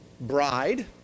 bride